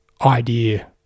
idea